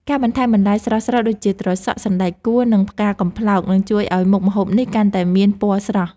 ការបន្ថែមបន្លែស្រស់ៗដូចជាត្រសក់ សណ្តែកគួរ និងផ្កាកំប្លោកនឹងជួយឱ្យមុខម្ហូបនេះកាន់តែមានពណ៌ស្រស់។